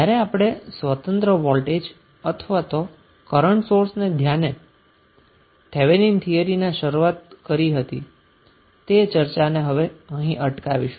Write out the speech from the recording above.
આપણે સ્વતંત્ર વોલ્ટેજ અથવા તો કરન્ટ સોર્સ ને ધ્યાને થેવેનિન થીયરીમની શરૂઆત કરી હતી તે ચર્ચા ને અહીં અટકાવીશું